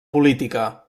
política